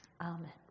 Amen